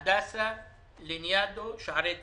הדסה, לניאדו, שערי צדק,